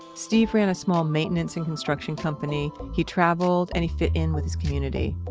steve ran a small maintenance and construction company, he traveled, and he fit in with his community.